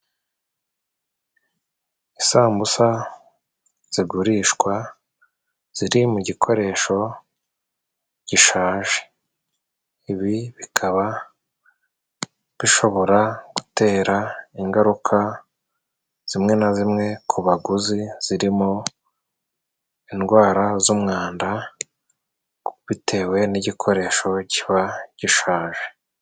Isambusa zigurishwa ziri mu gikoresho gishaje. Ibi bikaba bishobora gutera ingaruka zimwe na zimwe ku baguzi zirimo indwara z'umwanda bitewe n'igikoresho kiba gishaje.